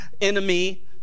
enemy